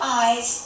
eyes